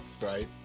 Right